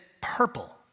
purple